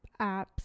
apps